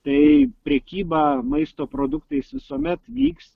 tai prekyba maisto produktais visuomet vyks